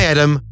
Adam